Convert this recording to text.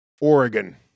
Oregon